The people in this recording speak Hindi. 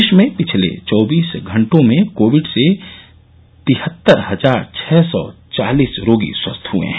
देश में पिछले चौबीस घंटों में कोविड से तिहत्तर हजार छः सौ चालीस रोगी स्वस्थ हुए हैं